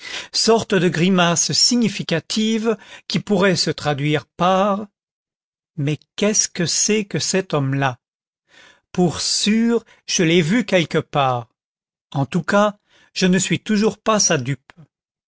sorte de grimace significative qui pourrait se traduire par mais qu'est-ce que c'est que cet homme-là pour sûr je l'ai vu quelque part en tout cas je ne suis toujours pas sa dupe